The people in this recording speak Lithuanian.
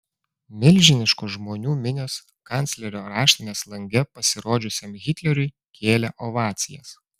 milžiniškos žmonių minios kanclerio raštinės lange pasirodžiusiam hitleriui kėlė ovacijas